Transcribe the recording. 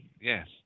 Yes